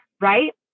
right